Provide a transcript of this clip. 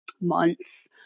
months